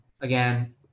again